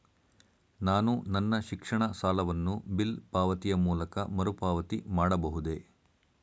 ನಾನು ನನ್ನ ಶಿಕ್ಷಣ ಸಾಲವನ್ನು ಬಿಲ್ ಪಾವತಿಯ ಮೂಲಕ ಮರುಪಾವತಿ ಮಾಡಬಹುದೇ?